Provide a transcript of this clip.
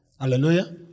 Hallelujah